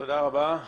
תודה רבה.